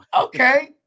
Okay